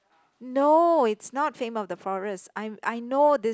no it's not Flame of the Forest I I know this